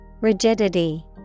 Rigidity